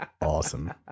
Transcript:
Awesome